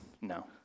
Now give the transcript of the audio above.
No